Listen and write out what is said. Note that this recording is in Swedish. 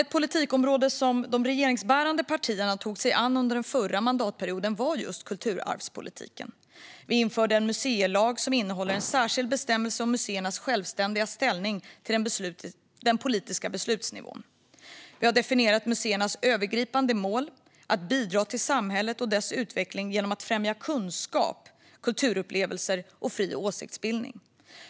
Ett politikområde som de regeringsbärande partierna tog sig an under förra mandatperioden var just kulturarvspolitiken. Vi införde en museilag som innehåller en särskild bestämmelse om museernas självständiga ställning i förhållande till den politiska beslutsnivån. Vi har definierat museernas övergripande mål att bidra till samhället och dess utveckling genom att främja kunskap, kulturupplevelser och fri åsiktsbildning.